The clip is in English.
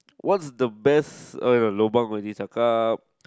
what's the best lobang for this cakap